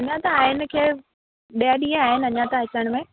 अञा त आहिनि खैर ॾह ॾींहं आहिनि अञा त अचनि में